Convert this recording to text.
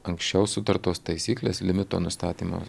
anksčiau sutartos taisyklės limito nustatymo